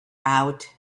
out